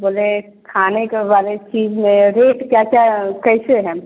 बोल रहे खाने के बारे चीज में रेट क्या क्या कैसे है